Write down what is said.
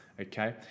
okay